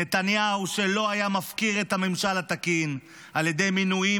נתניהו שלא היה מפקיר את הממשל התקין על ידי מינויים